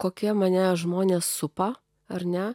kokia mane žmonės supa ar ne